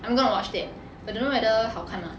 I'm gonna watch that but don't know whether 好看吗